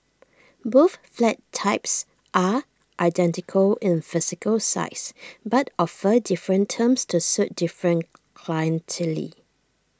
both flat types are identical in physical size but offer different terms to suit different clientele